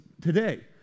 today